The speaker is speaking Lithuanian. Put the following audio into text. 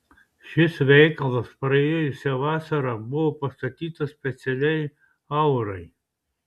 šis veikalas praėjusią vasarą buvo pastatytas specialiai aurai